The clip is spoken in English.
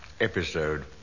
Episode